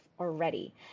already